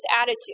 attitude